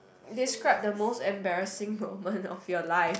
describe the most embarrassing moment of your life